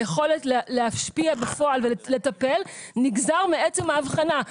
היכולת להשפיע בפועל ולטפל נגזרת מעצם האבחנה.